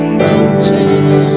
mountains